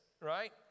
right